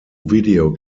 video